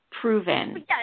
proven